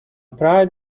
pride